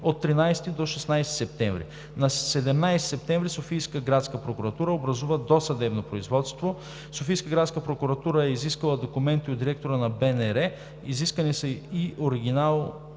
от 13 до 16 септември. На 17 септември Софийска градска прокуратура образува досъдебно производство. Софийска градска прокуратура е изискала документи от директора на Българското национално